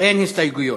אין הסתייגויות.